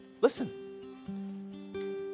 listen